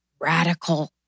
radical